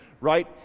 right